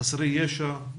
חסרי ישע,